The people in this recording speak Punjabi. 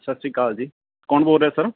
ਸਤਿ ਸ਼੍ਰੀ ਅਕਾਲ ਜੀ ਕੌਣ ਬੋਲ ਰਿਹਾ ਸਰ